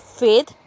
faith